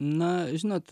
na žinot